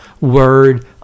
word